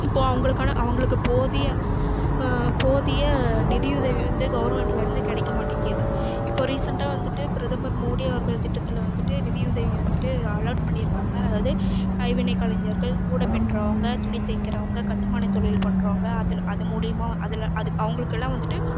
இப்போ அவங்களுக்கான அவங்களுக்கு போதிய போதிய நிதியுதவி வந்து கவர்மெண்ட்லருந்து கிடைக்கமாட்டேகிது இப்போ ரீசெண்டாக வந்துவிட்டு பிரதமர் மோடி அவர்கள் திட்டத்தில் வந்துவிட்டு நிதியுதவி வந்துவிட்டு அலாட் பண்ணி இருக்காங்க அதாவது கைவினை கலைஞர்கள் கூடை பின்றவங்க துணி தைக்கிக்கிறவங்க கட்டுமான தொழில் பண்றவங்க அதில் அது மூலியமாக அதில் அது அவங்களுக்கெல்லாம் வந்துவிட்டு